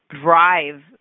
drive